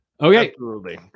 okay